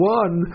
one